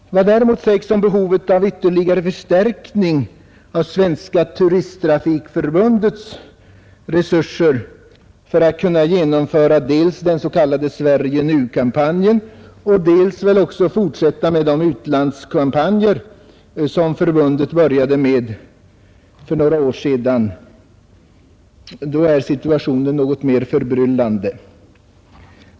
Vad som däremot sägs om behovet av ytterligare förstärkning av Svenska turisttrafikförbundet för att dels kunna genomföra den s.k. Sverige Nu-kampanjen, dels kunna fortsätta med de utlandskampanajer som förbundet började med för några år sedan, är något mer förbryllande.